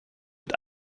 mit